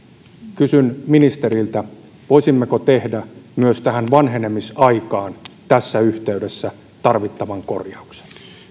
kysyn ministeriltä voisimmeko tehdä myös tähän vanhenemisaikaan tässä yhteydessä tarvittavan korjauksen